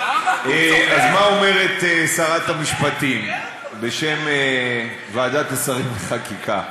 אז מה אומרת שרת המשפטים בשם ועדת השרים לחקיקה?